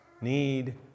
need